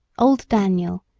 old daniel,